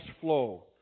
flow